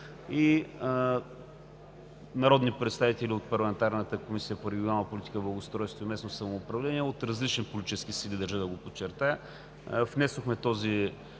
Народни представители от парламентарната Комисия по регионална политика, благоустройство и местно самоуправление от различни политически сили, държа да подчертая, внесохме този